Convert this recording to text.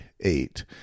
eight